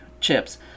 chips